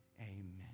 Amen